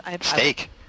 Steak